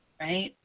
Right